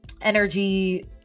energy